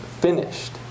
finished